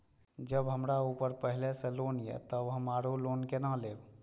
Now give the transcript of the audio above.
जब हमरा ऊपर पहले से लोन ये तब हम आरो लोन केना लैब?